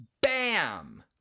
Bam